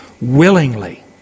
willingly